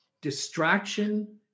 distraction